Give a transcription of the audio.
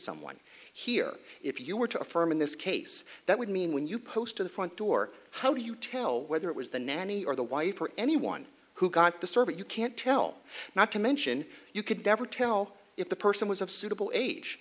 someone here if you were to affirm in this case that would mean when you post to the front door how do you tell whether it was the nanny or the wife or anyone who got the survey you can't tell not to mention you could never tell if the person was of suitable age